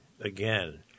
Again